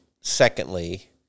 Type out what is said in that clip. secondly